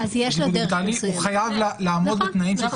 הוא חייב לעמוד בתנאים...